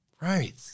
right